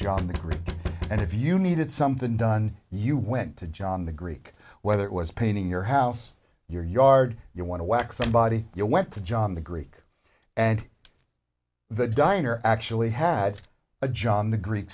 john the greek and if you needed something done you went to john the greek whether it was painting your house your yard you want to whack somebody you went to john the greek and the diner actually had a john the greek